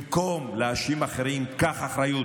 במקום להאשים אחרים, קח אחריות.